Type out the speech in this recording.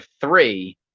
three